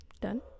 Done